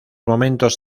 momentos